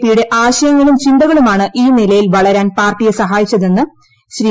പിയുടെ ആശയങ്ങളും ചിന്തകളുമാണ് ഈ നിലയിൽ വളരാൻ പാർട്ടിയെ സഹായിച്ചതെന്ന് ശ്രീ